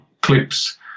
clips